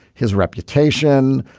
his reputation,